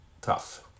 tough